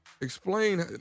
Explain